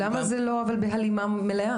תגידו, למה זה לא בהלימה מלאה?